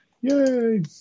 Yay